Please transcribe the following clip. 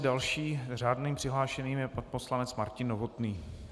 Dalším řádným přihlášeným je pan poslanec Martin Novotný.